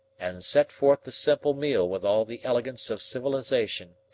and set forth the simple meal with all the elegance of civilization,